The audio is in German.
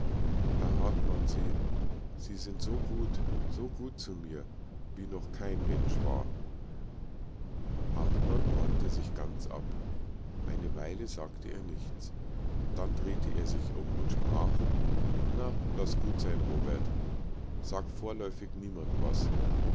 herr hartmann sie sie sind so gut so gut zu mir wie noch kein mensch war hartmann wandte sich ganz ab eine weile sagte er nichts dann drehte er sich um und sprach na laß gut sein robert sag vorläufig niemand was